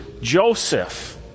Joseph